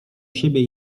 siebie